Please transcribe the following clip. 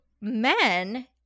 men